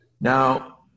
Now